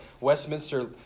Westminster